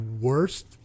worst